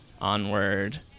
onward